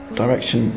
direction